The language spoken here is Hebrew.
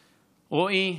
רועי,